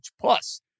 Plus